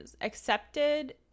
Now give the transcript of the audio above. accepted